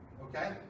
okay